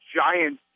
giant